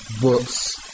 books